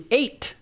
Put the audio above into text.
eight